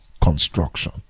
construction